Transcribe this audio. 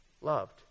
loved